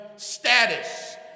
status